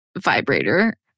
vibrator